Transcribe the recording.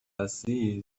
هستی